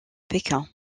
pékin